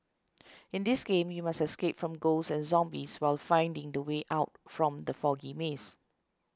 in this game you must escape from ghosts and zombies while finding the way out from the foggy maze